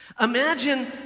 Imagine